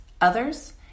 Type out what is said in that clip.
others